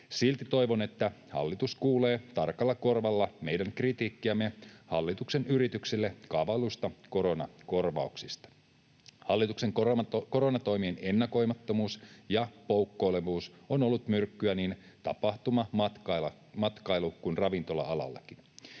Silti toivon, että hallitus kuulee tarkalla korvalla meidän kritiikkiämme hallituksen yrityksille kaavailluista koronakor-vauksista. Hallituksen koronatoimien ennakoimattomuus ja poukkoilevuus on ollut myrkkyä niin tapahtuma-, matkailu- kuin ravintola-alallekin.